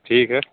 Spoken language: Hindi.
ठीक है